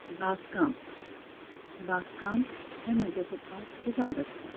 बागकाम बागकाम हें म्हजे पप्पाक खूब आवडटा